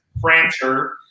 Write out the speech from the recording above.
Francher